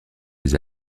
les